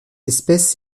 espèce